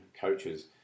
coaches